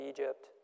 Egypt